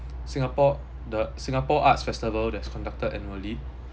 singapore the singapore arts festival that's conducted annually